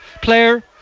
player